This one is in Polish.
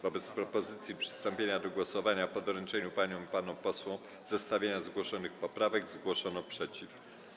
Wobec propozycji przystąpienia do głosowania po doręczeniu paniom i panom posłom zestawienia zgłoszonych poprawek zgłoszono sprzeciw.